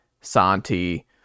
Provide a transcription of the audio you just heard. Santi